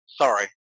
sorry